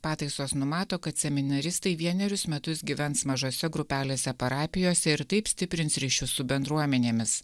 pataisos numato kad seminaristai vienerius metus gyvens mažose grupelėse parapijose ir taip stiprins ryšius su bendruomenėmis